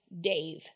Dave